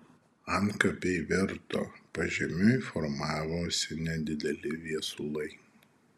antkapiai virto pažemiui formavosi nedideli viesulai